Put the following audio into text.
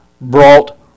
brought